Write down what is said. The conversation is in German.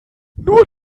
nur